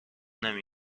نمی